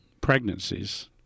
pregnancies